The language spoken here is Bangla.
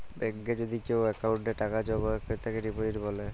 ব্যাংকে যদি কেও অক্কোউন্টে টাকা জমা ক্রেতাকে ডিপজিট ব্যলে